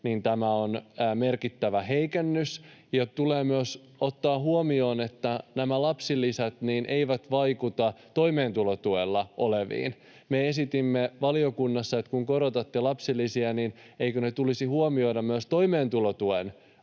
tämä on merkittävä heikennys. Tulee myös ottaa huomioon, että lapsilisät eivät vaikuta toimeentulotuella oleviin. Me esitimme valiokunnassa, että kun korotatte lapsilisiä, niin eikö nämä pienet korotukset tulisi huomioida myös toimeentulotuen osalta,